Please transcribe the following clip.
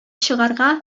чыгарга